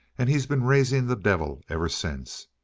and he's been raising the devil ever since.